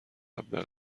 حبه